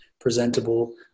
presentable